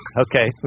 Okay